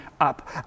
up